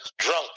Drunk